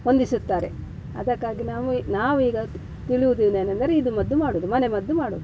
ಹೊಂದಿಸುತ್ತಾರೆ ಅದಕ್ಕಾಗಿ ನಾವು ನಾವೀಗ ತಿಳಿಯುವುದೇನೇನೆಂದರೆ ಇದು ಮದ್ದು ಮಾಡುವುದು ಮನೆ ಮದ್ದು ಮಾಡುವುದು